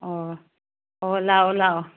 ꯑꯣ ꯑꯣ ꯂꯥꯛꯑꯣ ꯂꯥꯛꯑꯣ